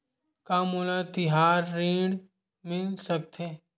का मोला तिहार ऋण मिल सकथे?